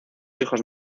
hijos